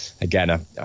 again